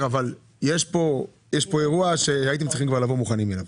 אבל יש פה אירוע שכבר הייתם צריכים לבוא מוכנים אליו.